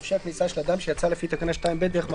אדם המחזיק בדרכון חוץ דיפלומטי, דרכון